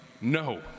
No